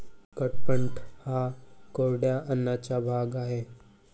कडपह्नट हा कोरड्या अन्नाचा भाग आहे